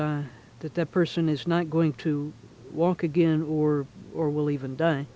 that the person is not going to walk again or or will even d